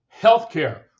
Healthcare